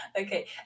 okay